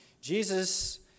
Jesus